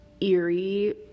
eerie